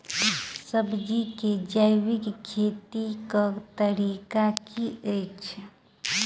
सब्जी केँ जैविक खेती कऽ तरीका की अछि?